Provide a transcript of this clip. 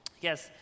Yes